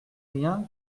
rien